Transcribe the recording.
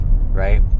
right